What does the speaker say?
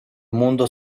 mundo